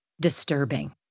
disturbing